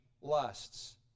lusts